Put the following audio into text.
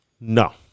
No